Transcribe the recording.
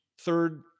Third